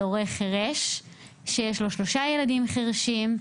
הורה חירש שיש לו שלושה ילדים חירשים,